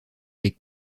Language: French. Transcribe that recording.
les